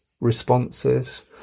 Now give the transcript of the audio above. responses